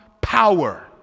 power